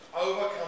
overcome